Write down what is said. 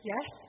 Yes